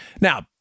Now